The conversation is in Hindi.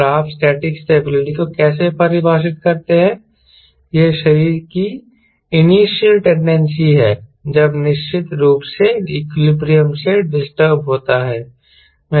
और आप स्टैटिक स्टेबिलिटी को कैसे परिभाषित करते हैं यह शरीर की इनिशियल टेंडेंसी है जब निश्चित रूप से इक्विलिब्रियम से डिस्टर्ब होता है